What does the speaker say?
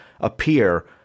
appear